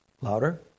Louder